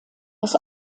das